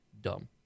dumb